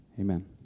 amen